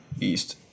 east